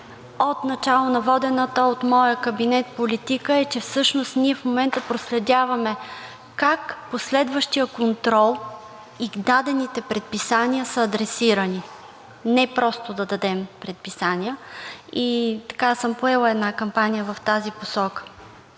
от началото на водената от моя кабинет политика, е, че всъщност ние в момента проследяваме как последващият контрол и дадените предписания са адресирани, не просто да дадем предписания. Поела съм една кампания в тази посока,